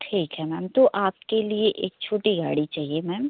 ठीक है मैम तो आपके लिए एक छोटी गाड़ी चाहिए मैम